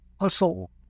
hustle